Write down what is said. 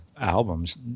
albums